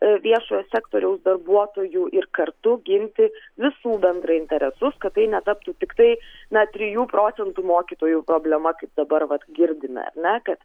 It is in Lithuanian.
viešojo sektoriaus darbuotojų ir kartu ginti visų bendrai interesus kad tai netaptų tiktai na trijų procentų mokytojų problema kaip dabar vat girdime ar ne kad